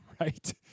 right